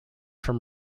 from